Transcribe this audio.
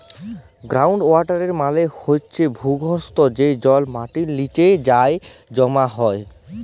ground water মালে হছে ভূগর্ভস্থ যে জল মাটির লিচে যাঁয়ে জমা হয়